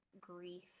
grief